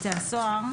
הסוהר7.